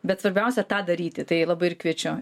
bet svarbiausia tą daryti tai labai ir kviečiu